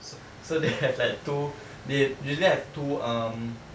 so so they have like two they they only have two um